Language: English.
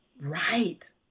Right